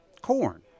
corn